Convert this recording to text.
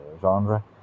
genre